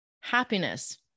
happiness